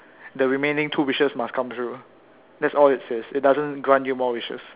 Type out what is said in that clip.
the remaining two wishes must come true that's all it says it doesn't grant you more wishes